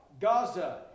Gaza